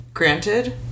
Granted